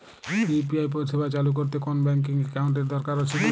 UPI পরিষেবা চালু করতে কোন ব্যকিং একাউন্ট এর কি দরকার আছে?